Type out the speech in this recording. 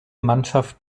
mannschaft